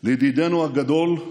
לידידנו הגדול,